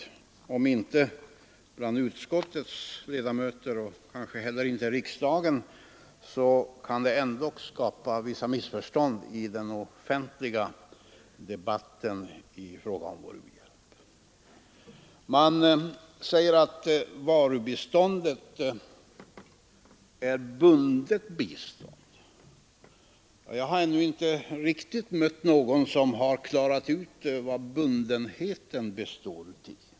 Även om så inte är fallet bland utskottets och kanske inte heller bland riksdagens ledamöter, kan det ändå skapa vissa missförstånd i den offentliga debatten om vår u-hjälp. Man framhåller att varubiståndet är ett bundet bistånd. Jag har ännu inte mött någon som riktigt har klarat ut vad bundenheten består i.